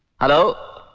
hello.